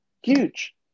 huge